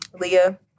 Leah